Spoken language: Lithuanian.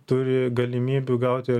turi galimybių gauti